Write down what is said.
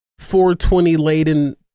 420-laden